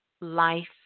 life